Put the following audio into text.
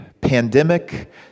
pandemic